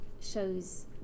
shows